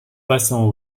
passant